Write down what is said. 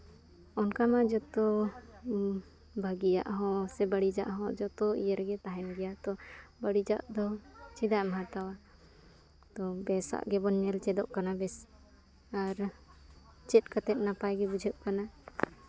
ᱚᱱᱠᱟ ᱢᱟ ᱡᱚᱛᱚ ᱵᱷᱟᱹᱜᱤᱭᱟᱜ ᱦᱚᱸ ᱥᱮ ᱵᱟᱹᱲᱤᱡᱟᱜ ᱦᱚᱸ ᱡᱚᱛᱚ ᱤᱭᱟᱹ ᱨᱮᱜᱮ ᱛᱟᱦᱮᱱ ᱜᱮᱭᱟ ᱛᱚ ᱵᱟᱹᱲᱤᱡᱟᱜ ᱫᱚ ᱪᱮᱫᱟᱜ ᱮᱢ ᱦᱟᱛᱟᱣᱟ ᱛᱳ ᱵᱮᱥ ᱟᱜ ᱜᱮᱵᱚᱱ ᱧᱮᱞ ᱪᱮᱫᱚᱜ ᱠᱟᱱᱟ ᱵᱮᱥ ᱟᱨ ᱪᱮᱫ ᱠᱟᱛᱮᱫ ᱱᱟᱯᱟᱭ ᱜᱮ ᱵᱩᱡᱷᱟᱹᱜ ᱠᱟᱱᱟ